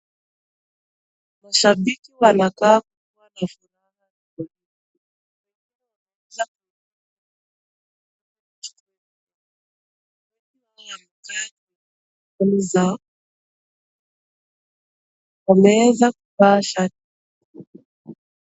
Mashabiki wanakaa kuwa na furaha riboribo wengi wao wamekaa wameweza kuvaa shati.